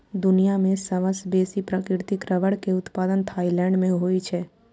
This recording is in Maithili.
दुनिया मे सबसं बेसी प्राकृतिक रबड़ के उत्पादन थाईलैंड मे होइ छै